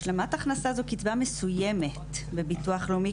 השלמת הכנסה זו קצבה מסוימת בביטוח לאומי,